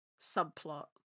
subplot